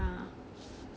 ya